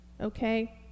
okay